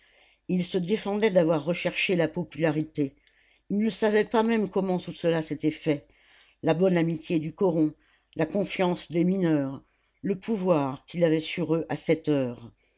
il se défendait d'avoir recherché la popularité il ne savait pas même comment tout cela s'était fait la bonne amitié du coron la confiance des mineurs le pouvoir qu'il avait sur eux à cette heure